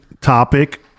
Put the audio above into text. topic